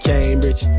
Cambridge